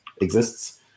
exists